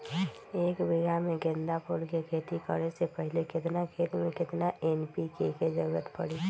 एक बीघा में गेंदा फूल के खेती करे से पहले केतना खेत में केतना एन.पी.के के जरूरत परी?